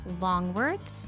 Longworth